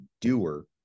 doer